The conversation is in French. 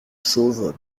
chauves